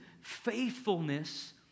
faithfulness